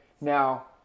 Now